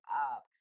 up